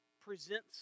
presents